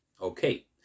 Okay